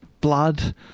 blood